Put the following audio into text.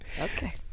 Okay